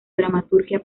dramaturgia